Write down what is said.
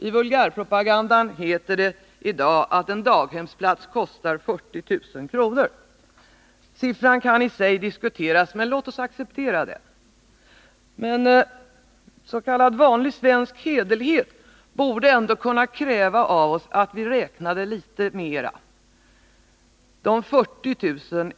I vulgärpropagandan heter det i dag att en daghemsplats kostar 40 000 kr. Siffran kan i sig diskuteras, men låt oss acceptera den. Men s.k. vanlig svensk hederlighet borde ändå kunna kräva av oss att vi räknade vidare. De 40 000 kr.